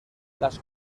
las